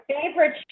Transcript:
favorite